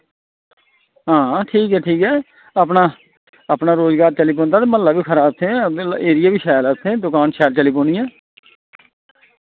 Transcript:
हां ठीक ऐ ठीक ऐ अपना अपना रुजगार चली पौंदा ते म्हल्ला बी खरा उत्थै मतलब एरिया बी शैल ऐ उत्थै दुकान शैल चली पौनी ऐ